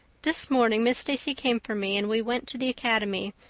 this morning miss stacy came for me and we went to the academy,